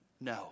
No